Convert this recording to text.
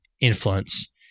influence